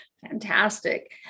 Fantastic